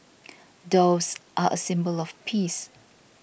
doves are a symbol of peace